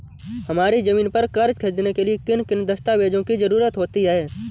हमारी ज़मीन पर कर्ज ख़रीदने के लिए किन किन दस्तावेजों की जरूरत होती है?